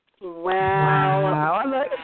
Wow